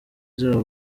zabo